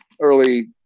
early